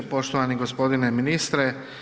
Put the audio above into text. Poštovani gospodine ministre.